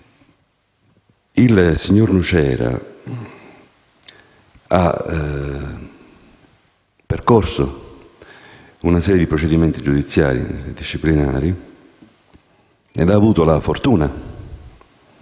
Il signor Nucera ha percorso una serie di provvedimenti giudiziari e disciplinari ed ha avuto la fortuna